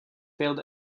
failed